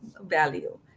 value